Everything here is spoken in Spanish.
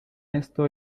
esto